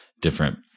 different